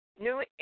New